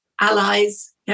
allies